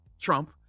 Trump